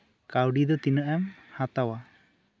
ᱠᱟ ᱣᱰᱤ ᱫᱚ ᱛᱤᱱᱟᱹᱜ ᱮᱢ ᱦᱟᱛᱟᱣᱟ